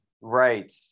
Right